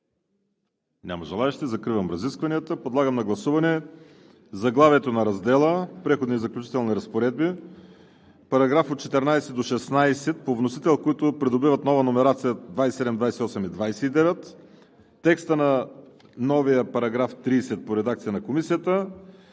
Няма желаещи. Закривам разискванията. Подлагам на гласуване: заглавието на раздела „Преходни и заключителни разпоредби“; параграфи 14 – 16 по вносител, които придобиват нова номерация – параграфи 27, 28 и 29; текста на новия § 30 по редакция на Комисията;